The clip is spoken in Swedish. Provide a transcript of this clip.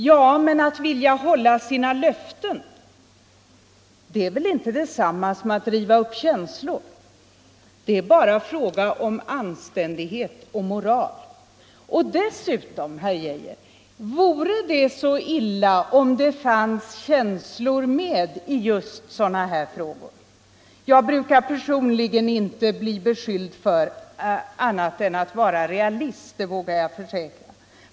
Ja, men att vilja hålla sina löften är väl inte detsamma som att riva upp känslor. Det är bara fråga om anständighet och moral. Dessutom, herr Geijer, vore det så illa om det fanns känslor med i just sådana här frågor? Jag brukar personligen inte bli beskylld för annat än att vara realist — det vågar jag försäkra.